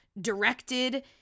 directed